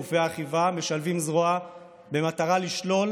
גופי האכיפה משלבים זרוע במטרה לשלול